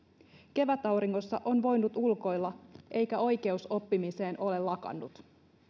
kevätauringossa on voinut ulkoilla eikä oikeus oppimiseen ole lakannut